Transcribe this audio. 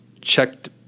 checked